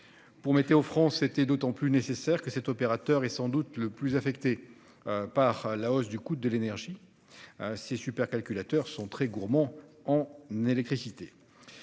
Pour Météo-France, c'était d'autant plus nécessaire que cet opérateur est sans doute le plus affecté par la hausse du coût de l'énergie : ses supercalculateurs sont très gourmands en électricité.